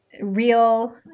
real